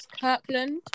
Kirkland